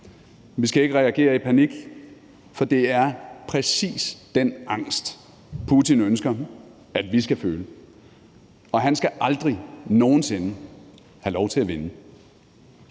vi skal ikke reagere i panik, for det er præcis den angst, Putin ønsker at vi skal føle, og han skal aldrig nogen sinde have lov til at vinde.